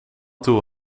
toe